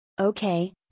Okay